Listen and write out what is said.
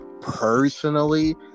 personally